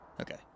okay